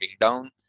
down